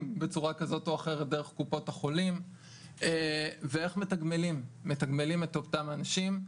בצורה כזאת או אחרת דרך קופות החולים ואיך מתגמלים את אותם אנשים.